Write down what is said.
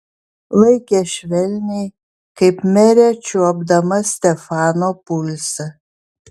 laikė švelniai kaip merė čiuopdama stefano pulsą